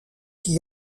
qui